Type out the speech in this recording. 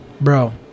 Bro